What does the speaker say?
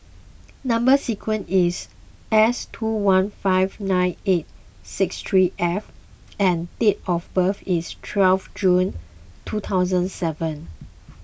Number Sequence is S two one five nine eight six three F and date of birth is twelve June two thousand seven